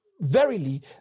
verily